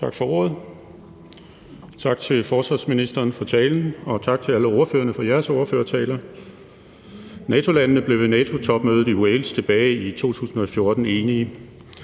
Tak for ordet. Tak til forsvarsministeren for talen, og tak til alle ordførerne for jeres ordførertaler. NATO-landene blev ved NATO-topmødet i Wales tilbage i 2014 enige: